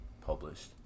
published